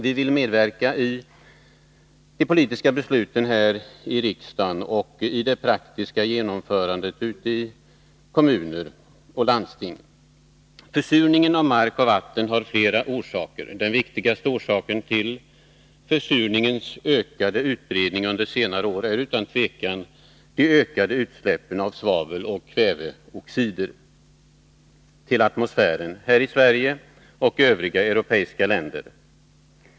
Vi vill medverka i de politiska besluten på detta område här i riksdagen och också i det praktiska genomförandet ute i kommuner och landsting. Försurningen av mark och vatten har flera orsaker. Den viktigaste orsaken till försurningens ökade utbredning under senare år är utan tvivel de ökade utsläppen av svavelogh kväveoxider till atmosfären i Sverige och i övriga europeiska länder.